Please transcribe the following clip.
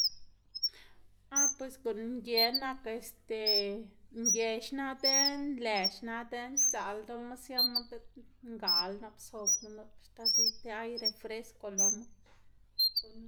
Ah pues guꞌn ngë nak este ngë xna dën, nlë xna dën xdzaꞌl ldoꞌma siama diꞌt ngal nap zobma nup nap axta ziꞌd ti aire fresco loma.